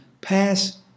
pass